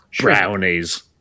Brownies